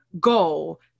goal